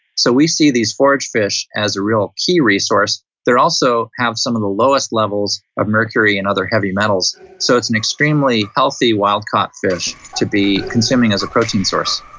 so we see these forage fish as a real key resource. they also have some of the lowest levels of mercury and other heavy metals, so it's an extremely healthy wild caught fish to be consuming as a protein source.